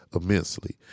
immensely